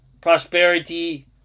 prosperity